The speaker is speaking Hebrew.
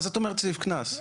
מה זאת אומרת סעיף קנס?